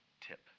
tip